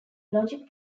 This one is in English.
logic